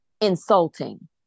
insulting